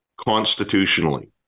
constitutionally